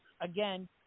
again